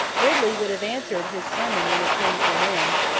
ridley would have answered his sermon when it came to an end,